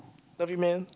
love you man